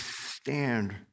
stand